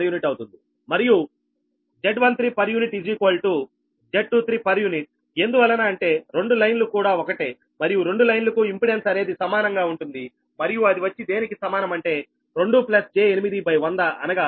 u అవుతుంది మరియు Z13 Z23 ఎందువలన అంటే రెండు లైన్లు కూడా ఒకటే మరియు రెండు లైన్లు కు ఇంపెడెన్స్ అనేది సమానంగా ఉంటుంది మరియు అది వచ్చి దేనికి సమానం అంటే 2 j8100 అనగా 0